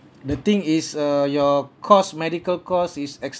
the thing is uh your cost medical cost is